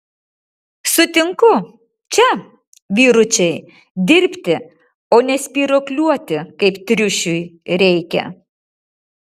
sutinku čia vyručiai dirbti o ne spyruokliuoti kaip triušiui reikia